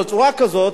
בצורה כזאת,